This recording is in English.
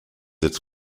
its